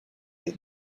that